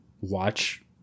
watch